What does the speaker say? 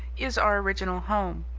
is our original home,